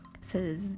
says